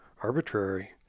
arbitrary